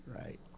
Right